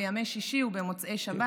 בימי שישי ובמוצאי שבת.